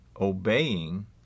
obeying